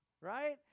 right